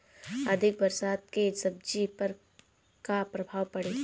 अधिक बरसात के सब्जी पर का प्रभाव पड़ी?